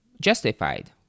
justified